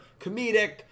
comedic